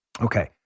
Okay